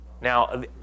Now